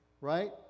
Right